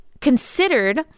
considered